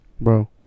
Bro